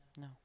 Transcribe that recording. no